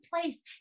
place